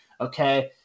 Okay